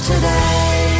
Today